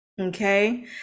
okay